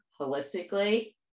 holistically